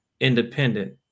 independent